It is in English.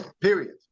Period